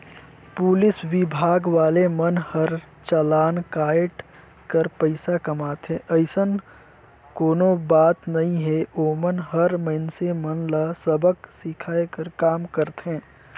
police विभाग वाले मन हर चलान कायट कर पइसा कमाथे अइसन कोनो बात नइ हे ओमन हर मइनसे मन ल सबक सीखये कर काम करथे